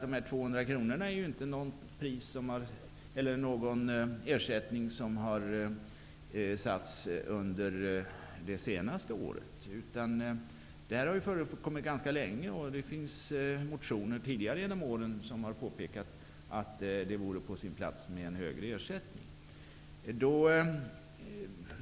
De 200 kronorna är inte någon ersättning som har satts under det senaste året utan har förekommit ganska länge. Det har väckts motioner tidigare under under året vari påpekats att det vore på sin plats med en högre ersättning.